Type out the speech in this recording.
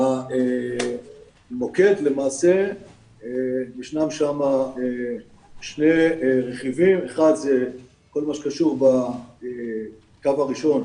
במוקד יש שני רכיבים כל מה שקשור בקו הראשון,